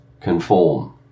conform